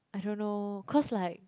I don't know cause like